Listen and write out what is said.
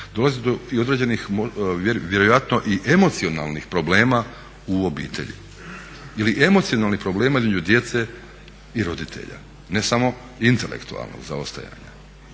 dolazi i do određenih vjerojatno i emocionalnih problema u obitelji ili emocionalnih problema između djece i roditelja. Ne samo intelektualnog zaostajanja,